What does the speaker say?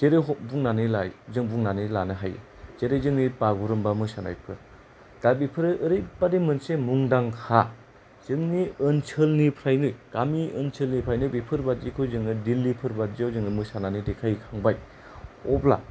जेरैह'क जों बुंनानै लानो हायो जेरै जोंनि बागुरुम्बा मोसानायफोर दा बेफोरो ओरैबादि मोनसे मुंदांखा जोंनि ओनसोलनिफ्रायनो गामि ओनसोलनिफ्रायनो बेफोरबादिखौ जोङो दिल्लीफोरबादियाव जोङो मोसानानै देखायहैखांबाय अब्ला